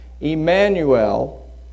Emmanuel